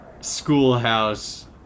schoolhouse